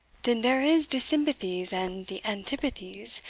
den dere is de sympathies, and de antipathies,